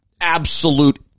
absolute